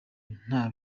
nta